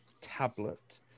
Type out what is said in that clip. tablet